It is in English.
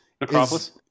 Necropolis